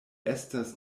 estas